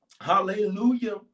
Hallelujah